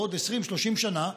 בעוד 20 30 שנה,